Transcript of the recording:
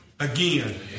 again